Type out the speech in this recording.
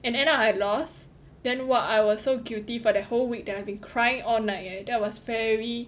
and end up I lost then !wah! I was so guilty for that whole week that I've been crying all night eh that was very